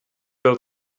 byl